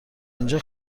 اینجا